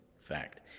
fact